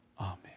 Amen